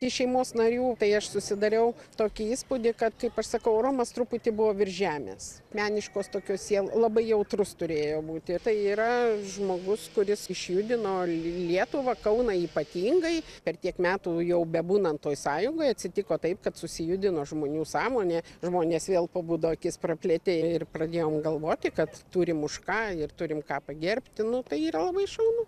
iš šeimos narių tai aš susidariau tokį įspūdį kad kaip aš sakau romas truputį buvo virš žemės meniškos tokios siel labai jautrus turėjo būti tai yra žmogus kuris išjudino lietuvą kauną ypatingai per tiek metų jau bebūnant toj sąjungoj atsitiko taip kad susijudino žmonių sąmonė žmonės vėl pabudo akis praplėtė ir pradėjom galvoti kad turim už ką ir turim ką pagerbti nu tai yra labai šaunu